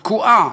תקועה,